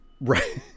right